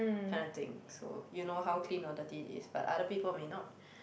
kind of thing so you know how clean or dirty it is but other people may not